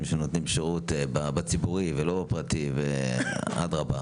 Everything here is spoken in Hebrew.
שנותנים שירות בציבורי ולא בפרטי ואדרבה.